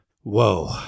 Whoa